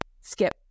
skip